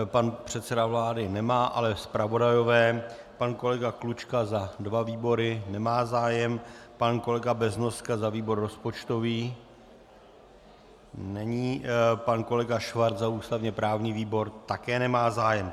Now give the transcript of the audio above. Pan předseda vlády nemá, ale zpravodajové pan kolega Klučka za dva výbory nemá zájem, pan kolega Beznoska za výbor rozpočtový není, pan kolega Schwarz za ústavněprávní výbor také nemá zájem.